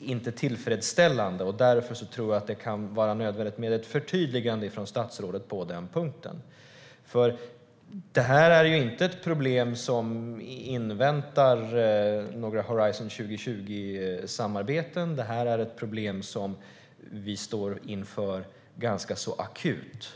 inte tillfredsställande, och därför tror jag att det kan vara nödvändigt med ett förtydligande från statsrådet på den punkten. Det här är inte ett problem som inväntar några Horizon 2020-samarbeten. Det här är ett problem som vi står inför ganska akut.